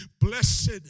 Blessed